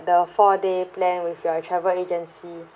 the four day plan with your travel agency